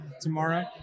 tomorrow